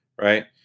right